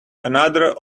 another